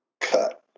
cut